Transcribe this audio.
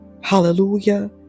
Hallelujah